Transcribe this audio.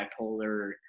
bipolar